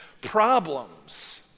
problems